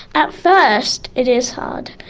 at first it is hard,